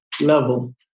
level